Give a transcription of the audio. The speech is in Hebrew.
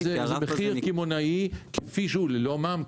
25 זה מחיר קמעונאי כפי שהוא ללא מע"מ,